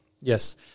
Yes